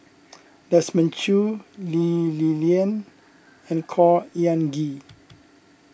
Desmond Choo Lee Li Lian and Khor Ean Ghee